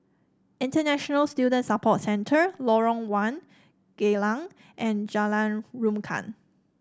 International Student Support Centre Lorong One Geylang and Jalan Rukam